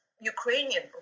ukrainian